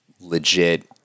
legit